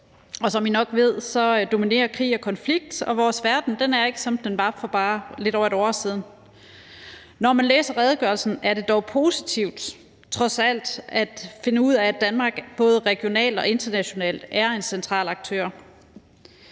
som I nok ved, dominerer krig og konflikt, og vores verden er ikke, som den var for bare lidt over et år siden. Når man læser redegørelsen, er det dog positivt trods alt at finde ud af, at Danmark både regionalt og internationalt er en central aktør.